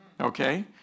Okay